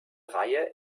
reihe